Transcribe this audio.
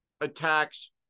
attacks